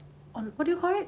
um what do you call it